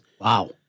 Wow